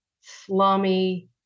slummy